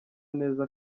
neza